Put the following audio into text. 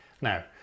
Now